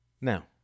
Now